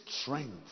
strength